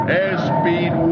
Airspeed